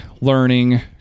learning